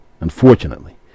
unfortunately